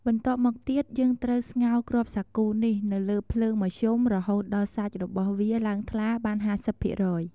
បន្ទាប់មកទៀតយើងត្រូវស្ងោរគ្រាប់សាគូនេះនៅលើភ្លើងមធ្យមរហូតដល់សាច់របស់វាឡើងថ្លាបាន៥០ភាគរយ។